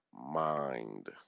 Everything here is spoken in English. mind